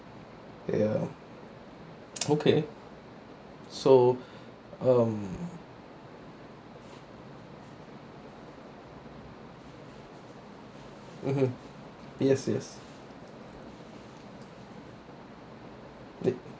ya oaky so um mmhmm yes yes